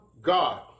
God